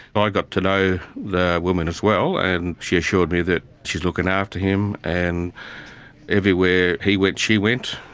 ah i got to know the woman as well and she assured me that she was looking after him, and everywhere he went, she went,